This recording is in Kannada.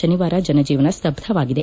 ಶನಿವಾರ ಜನಜೀವನ ಸ್ತ್ಲಬ್ಲವಾಗಿದೆ